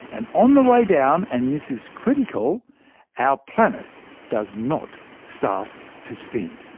and on the way down and this is critical our planet does not start to spin.